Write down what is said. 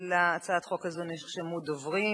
להצעת החוק הזאת נרשמו דוברים.